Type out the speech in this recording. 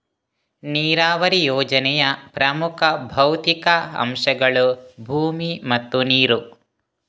ನೀರಾವರಿ ಯೋಜನೆಯ ಪ್ರಮುಖ ಭೌತಿಕ ಅಂಶಗಳು ಭೂಮಿ ಮತ್ತು ನೀರು